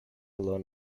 alone